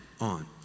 on